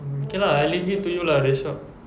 hmm okay lah I leave it to you lah the shop